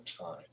time